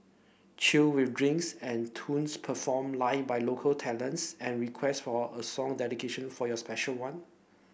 chill with drinks and tunes performed live by local talents and request for a song dedication for your special one